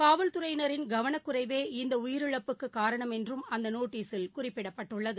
காவல்துறையினரின் கவனக்குறைவே இநதஉயிரிழப்புக்குக் காரணம் என்றும் அந்தநோட்டீஸில் குறிப்பிடப்பட்டுள்ளது